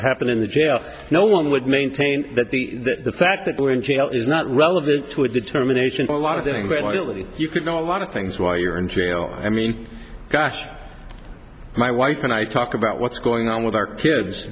happened in the jail no one would maintain that the fact that we're in jail is not relevant to a determination a lot of doing but at least you could know a lot of things while you're in jail i mean gosh my wife and i talk about what's going on with our kids